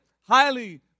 highly